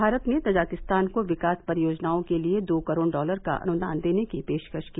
भारत ने तजाकिस्तान को विकास परियोजनओं के लिए दो करोड़ डॉलर का अनुदान देने की पेशकश की